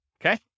Okay